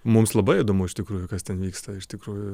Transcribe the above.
mums labai įdomu iš tikrųjų kas ten vyksta iš tikrųjų